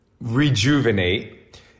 rejuvenate